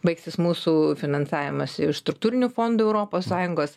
baigsis mūsų finansavimas iš struktūrinių fondų europos sąjungos